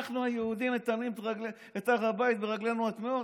אנחנו היהודים מטמאים את הר הבית ברגלינו הטמאות?